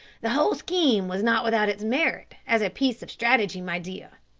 the whole scheme was not without its merit as a piece of strategy, my dear,